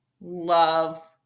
love